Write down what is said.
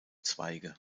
zweige